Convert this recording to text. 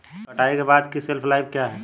कटाई के बाद की शेल्फ लाइफ क्या है?